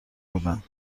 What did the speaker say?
بودم